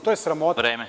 To je sramota.